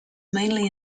mainly